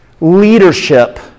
leadership